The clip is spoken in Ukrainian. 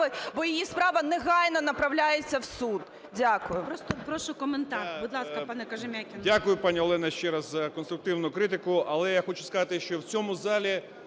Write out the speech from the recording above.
бо її справа негайно направляється в суд. Дякую.